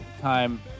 time